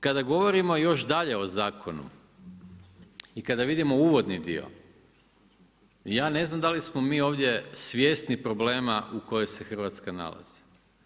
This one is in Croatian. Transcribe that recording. Kada govorimo još dalje o zakonu i kada vidimo uvodni dio ja ne znam da li smo mi ovdje svjesni problema u kojem se Hrvatska nalazi.